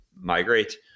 migrate